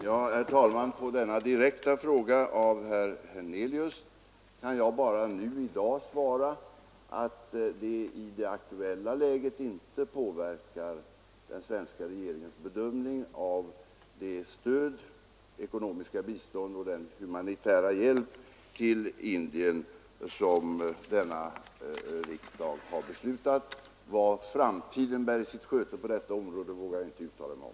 Herr talman! På denna direkta fråga av herr Hernelius kan jag i dag bara svara att det i det aktuella läget inte påverkar den svenska regeringens bedömning av det stöd — ekonomiskt bistånd och humanitär hjälp — till Indien som denna riksdag har beslutat. Vad framtiden bär i sitt sköte på detta område vågar jag inte uttala mig om.